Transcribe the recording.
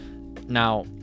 Now